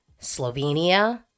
Slovenia